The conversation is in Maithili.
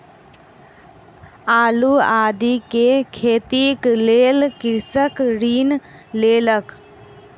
आलू आदि के खेतीक लेल कृषक ऋण लेलक